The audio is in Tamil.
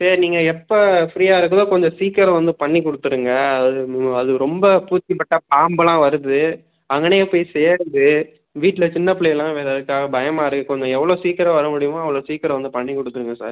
சரி நீங்கள் எப்போ ஃப்ரீயாக இருக்குதோ கொஞ்சம் சீக்கிரம் வந்து பண்ணி கொடுத்துருங்க அது அது ரொம்ப பூச்சி பட்டா பாம்பெலாம் வருது அங்கனையே போய் சேருது வீட்டில் சின்ன பிள்ளைகலாம் வேறு இருக்காங்க பயமாக இருக்கு கொஞ்சம் எவ்வளோ சீக்கிரம் வர முடியுமோ அவ்வளோ சீக்கிரம் வந்து பண்ணி கொடுத்துருங்க சார்